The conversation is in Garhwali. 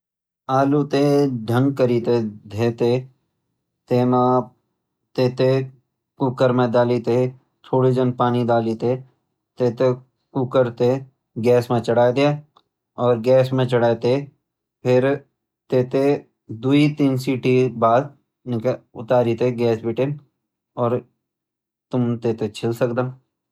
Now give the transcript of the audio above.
आलू तैं ढंग करी तैं धोय तैं तै म तै थैं कुकर म डाली तैं थोडा जन पानी डाली तैं कुकर तैं गैस म चडायी द्या और गैस म चडायी तैं फिर तै थें द्वी तीन सीटी क बाद उतारी तैं गैस बटिन तुम तै छीली सकद।